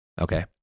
Okay